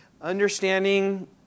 understanding